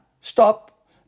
stop